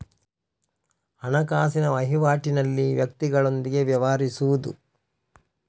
ಹಣಕಾಸಿನ ವಹಿವಾಟಿನಲ್ಲಿ ವ್ಯಕ್ತಿಗಳೊಂದಿಗೆ ವ್ಯವಹರಿಸುವುದು